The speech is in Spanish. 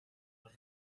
ríos